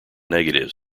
negative